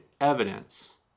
evidence